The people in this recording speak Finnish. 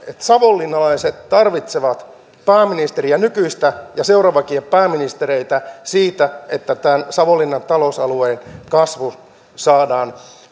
savonlinnalaiset tarvitsevat pääministeriä nykyistä ja seuraaviakin pääministereitä siinä että savonlinnan talousalueen kasvu saadaan